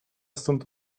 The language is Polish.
stąd